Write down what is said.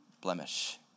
blemish